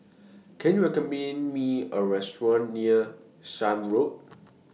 Can YOU recommend Me A Restaurant near Shan Road